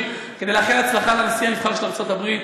כדי לאחל הצלחה לנשיא הנבחר של ארצות-הברית.